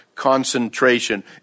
Concentration